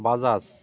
Bajaj